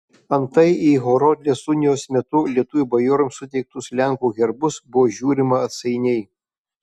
antai į horodlės unijos metu lietuvių bajorams suteiktus lenkų herbus buvo žiūrima atsainiai